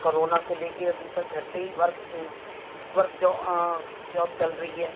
हाँ कोरोना से लेकर अभी तक घर पर ही वर्क वर्क जाओ जॉब चल रही है